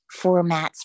formats